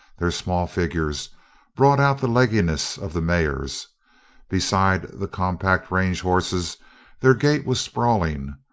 their small figures brought out the legginess of the mares beside the compact range horses their gait was sprawling,